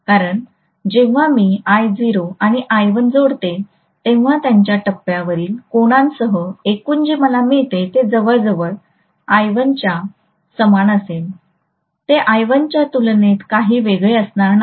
कारण जेव्हा मी I0 आणि I1 जोडते तेव्हा त्यांच्या टप्प्यावरील कोनांसह एकूण जे मला मिळते ते जवळजवळ I1 च्या समान असेल ते I1 च्या तुलनेत काही वेगळे असणार नाही